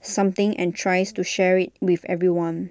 something and tries to share IT with everyone